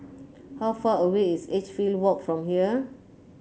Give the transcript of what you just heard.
how far away is Edgefield Walk from here